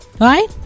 right